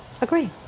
agree